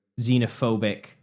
xenophobic